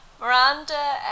Miranda